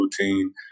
routine